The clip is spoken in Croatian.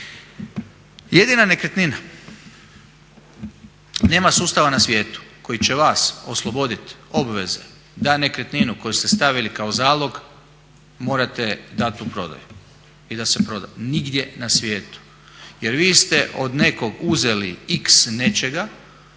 Jedina nekretnina. Nema sustava na svijetu koji će vas osloboditi obveze da nekretninu koju ste stavili kao zalog morate dati u prodaju i da se proda, nigdje na svijetu. Jer vi ste od nekog uzeli X nečega,